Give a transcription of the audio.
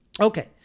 Okay